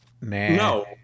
No